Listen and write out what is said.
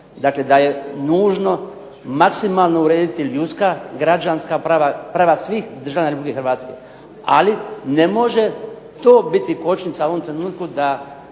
dakle da je nužno maksimalno urediti ljudska, građanska prava, prava svih državljana Republike Hrvatske, ali ne može to biti kočnica u ovom trenutku da